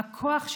הכוח שלנו,